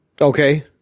Okay